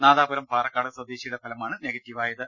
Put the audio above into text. നാദാപുരം പാറക്കടവ് സ്വദേശി യുടെ ഫലമാണ് നെഗറ്റീവായത്